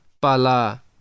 pala